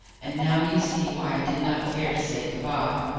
and now you see why i did not care to say good-bye,